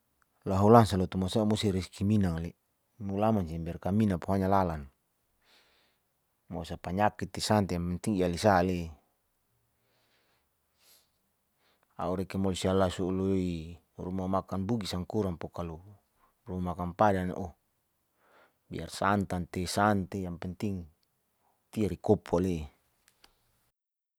Laho lansa lotu masohi musti reski minang ali mulaman biar sang kamina ponya lalan mosa panyakit santi yang penting ialisa ale a'u reki mosiala su'ului ruma makan bugis ang korang pokalo ruma makan padan ooh biar santan te sante yang penting tiare kopo ale.